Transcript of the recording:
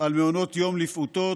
על מעונות יום לפעוטות,